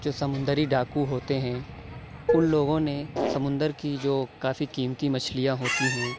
جو سمندری ڈاکو ہوتے ہیں اُن لوگوں نے سمندر کی جو کافی قیمتی مچھلیاں ہوتی ہیں